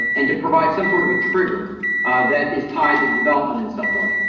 and to provide some sort of a trigger that is tied to the development in some way.